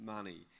Money